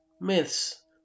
myths